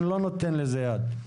אני לא נותן לזה יד.